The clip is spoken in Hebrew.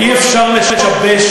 אי-אפשר לשבש,